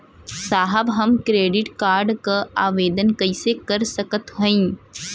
साहब हम credit card क आवेदन कइसे कर सकत हई?